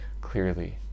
clearly